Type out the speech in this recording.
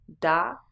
Da